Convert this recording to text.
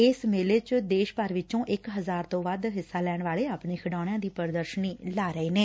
ਇਸ ਮੇਲੇ ਚ ਦੇਸ਼ ਭਰ ਵਿਚੋਂ ਇਕ ਹਜ਼ਾਰ ਤੋਂ ਵੱਧ ਹਿੱਸਾ ਲੈਣ ਵਾਲੇ ਆਪਣੇ ਖਿਡੌਣਿਆਂ ਦੀ ਪ੍ਰਦਰਸ਼ਨੀ ਲਾ ਰਹੇ ਨੇ